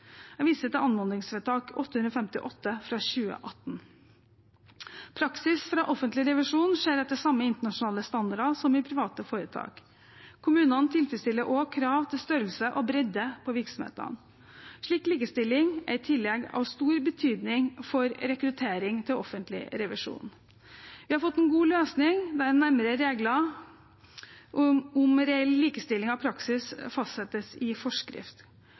Jeg viser til anmodningsvedtak 858 fra 2018. Praksis fra offentlig revisjon skjer etter samme internasjonale standard som private foretak. Kommunene tilfredsstiller også krav til størrelse og bredde på virksomhetene. Slik likestilling er i tillegg av stor betydning for rekruttering til offentlig revisjon. Vi har fått en god løsning der nærmere regler om reell likestilling av praksis fastsettes i forskrift.